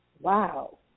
wow